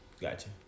Gotcha